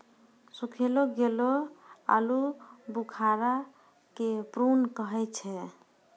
सुखैलो गेलो आलूबुखारा के प्रून कहै छै